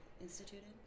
instituted